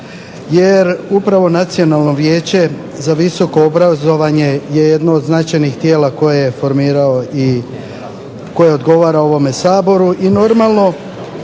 jer upravo Nacionalno vijeće za visoko obrazovanje je jedno od značajnih tijela koje je formirao i, koje odgovara ovome Saboru, i normalno